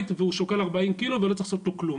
והוא שוקל 40 קילו ולא צריך לעשות איתו כלום.